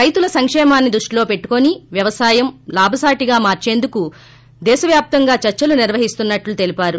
రైతుల సంక్షేమాన్ని దృష్టిలో పెట్టుకుని వ్యవసాయం లాభసాటిగా మార్చేందుకు దేశవ్యాప్తంగా చర్చలు నిర్వహిస్తున్నట్లు తెలిపారు